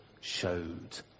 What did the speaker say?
showed